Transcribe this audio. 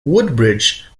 woodbridge